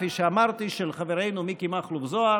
כפי שאמרתי, של חברנו מיקי מכלוף זוהר,